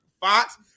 Fox